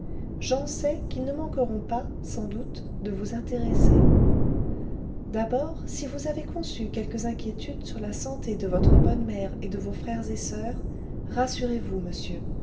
j'en sais qui ne manqueront pas sans doute de vous intéresser d'abord si vous avez conçu quelques inquiétudes sur la santé de votre bonne mère et de vos frères et soeurs rassurez-vous monsieur